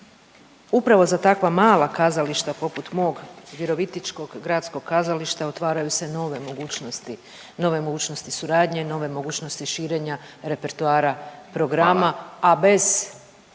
upravo za takva mala kazališta poput mog Virovitičkog gradskog kazališta otvaraju se nove mogućnosti, nove mogućnosti suradnje, nove mogućnosti širenja repertoara programa…/Upadica